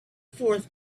fourth